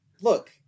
Look